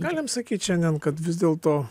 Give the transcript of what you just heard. galim sakyt šiandien kad vis dėlto